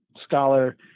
scholar